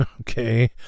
okay